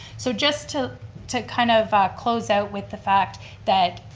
so just to to kind of close out with the fact that